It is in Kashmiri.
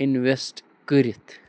اِنوٮ۪سٹ کٔرِتھ